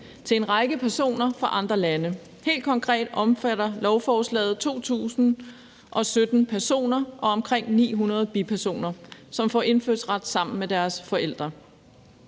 til en række personer fra andre lande. Helt konkret omfatter lovforslaget 2.017 personer og omkring 900 bipersoner, som får indfødsret sammen med deres forældre.